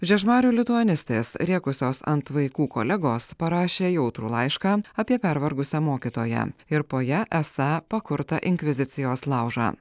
žiežmarių lituanistės rėkusios ant vaikų kolegos parašė jautrų laišką apie pervargusią mokytoją ir po ja esą pakurtą inkvizicijos laužą